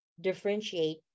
differentiate